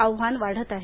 आव्हान वाढत आहे